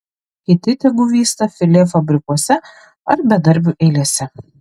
kiti tegu vysta filė fabrikuose ar bedarbių eilėse